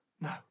No